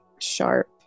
sharp